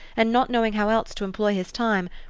and not knowing how else to employ his time,